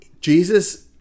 Jesus